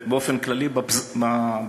באופן כללי בפזורה.